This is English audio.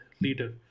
leader